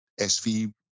SV